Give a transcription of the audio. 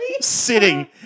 sitting